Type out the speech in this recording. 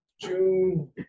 June